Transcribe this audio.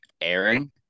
airing